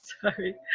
sorry